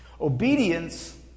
Obedience